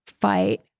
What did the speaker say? fight